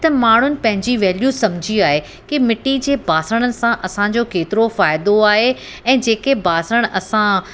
त माण्हुनि पंहिंजी वैल्यू समुझी आहे कि मिटी जे बासणनि सां असांजो केतिरो फ़ाइदो आहे ऐं जेके बासण असां